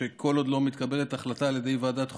כל עוד לא מתקבלת החלטה על ידי ועדת החוקה,